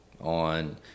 on